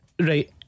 Right